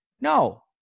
No